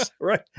right